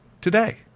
today